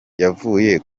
yavuye